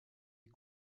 est